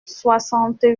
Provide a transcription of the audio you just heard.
soixante